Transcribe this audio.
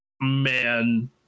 man